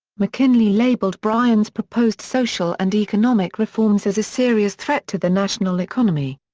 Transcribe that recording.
mckinley labeled bryan's proposed social and economic reforms as a serious threat to the national economy.